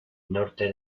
norte